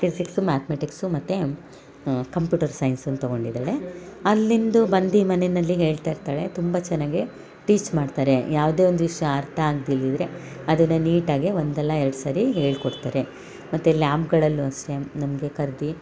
physics mathematics ಮತ್ತು computer ಸೈನ್ಸನ್ನು ತಗೊಂಡಿದ್ದಾಳೆ ಅಲ್ಲಿಂದ ಬಂದು ಮನೆಯಲ್ಲಿ ಹೇಳ್ತಾ ಇರ್ತಾಳೆ ತುಂಬ ಚೆನ್ನಾಗಿ ಟೀಚ್ ಮಾಡ್ತಾರೆ ಯಾವುದೇ ಒಂದು ವಿಷಯ ಅರ್ಥ ಆಗಿಲ್ದಿದ್ರೆ ಅದನ್ನು ನೀಟಾಗಿ ಒಂದಲ್ಲ ಎರಡು ಸಾರಿ ಹೇಳ್ಕೊಡ್ತಾರೆ ಮತ್ತು ಲ್ಯಾಬ್ಗಳಲ್ಲೂ ಅಷ್ಟೇ ನಮಗೆ ಕರ್ದು